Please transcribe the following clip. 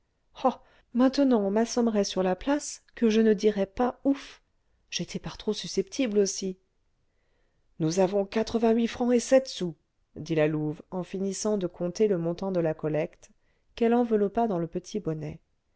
maintenant on m'assommerait sur la place que je ne dirais pas ouf j'étais par trop susceptible aussi nous avons quatre-vingt-huit francs et sept sous dit la louve en finissant de compter le montant de la collecte qu'elle enveloppa dans le petit bonnet